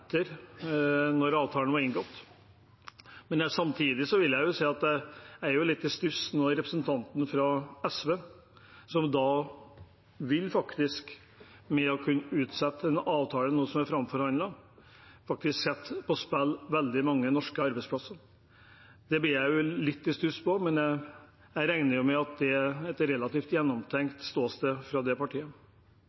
avtalen var inngått. Samtidig vil jeg si at jeg er litt i stuss når representanten fra SV, som med å ville utsette en avtale som nå er framforhandlet, faktisk vil kunne sette på spill veldig mange norske arbeidsplasser. Det blir jeg litt i stuss over, men jeg regner med at det er et relativt